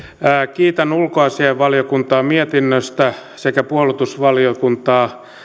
kiitän ulkoasiainvaliokuntaa mietinnöstä sekä puolustusvaliokuntaa